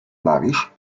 bawisz